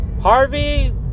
Harvey